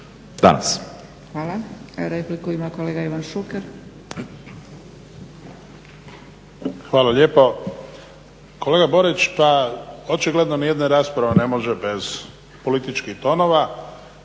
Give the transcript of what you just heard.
Hvala. Repliku ima kolega Ivan Šuker. **Šuker, Ivan (HDZ)** Hvala lijepo. Kolega Borić pa očigledno nijedna rasprava ne može bez političkih tonova